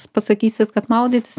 jūs pasakysit kad maudytis